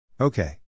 Okay